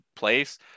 place